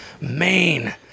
Maine